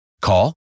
Call